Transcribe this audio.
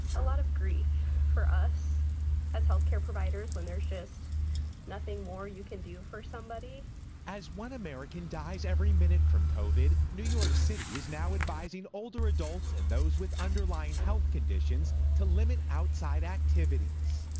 a lot of grief for us as health care providers when there's just nothing more you can do for somebody. reporter as one american dies every minute from covid, new york city is now advising older adults and those with underlying health conditions to limit outside activities.